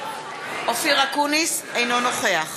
אינו נוכח